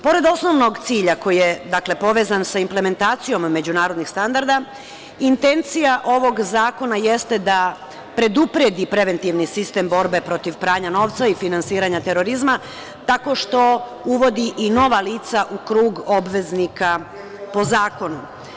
Pored osnovnog cilja koji je povezan sa implementacijom međunarodnih standarda, intencija ovog zakona jeste da predupredi preventivni sistem borbe protiv pranja novca i finansiranja terorizma, tako što uvodi i nova lica u krug obveznika po zakonu.